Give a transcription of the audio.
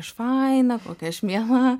aš faina kokia aš miela